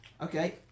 Okay